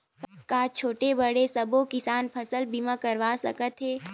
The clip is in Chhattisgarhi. का छोटे बड़े सबो किसान फसल बीमा करवा सकथे?